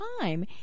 time